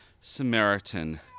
Samaritan